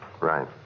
Right